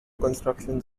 construction